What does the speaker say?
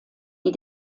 die